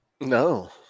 no